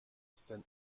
scène